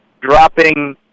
dropping